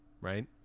right